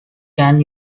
can